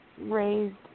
raised